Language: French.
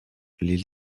les